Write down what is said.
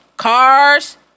Cars